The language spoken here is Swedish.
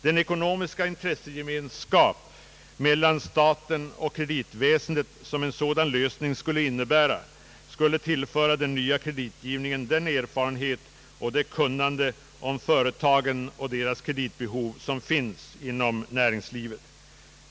Den ckonomiska intressegemenskap mellan staten och kreditväsendet som en sådan lösning skulle innebära skulle tillföra den nya kreditgivningen den erfarenhet och det kunnande om företagen och deras kreditbehov som finns inom näringslivet.